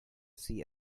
see